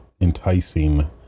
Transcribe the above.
enticing